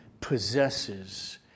possesses